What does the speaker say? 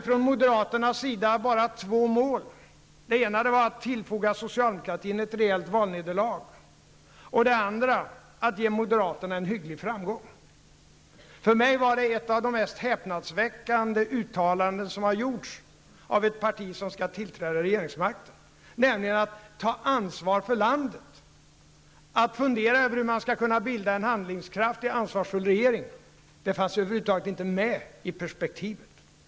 Från moderaternas sida fanns det bara två mål, hette det. Det ena var att tillfoga socialdemokratin ett rejält valnederlag, det andra att ge moderaterna en hygglig framgång. För mig var detta ett av det mest häpnadsväckande uttalanden som gjorts av ett parti som skall överta regeringsmakten. Att ta ansvar för landet, att fundera över hur man skall kunna bilda en handlingskraftig och ansvarsfull regering fanns över huvud taget inte med i perspektivet.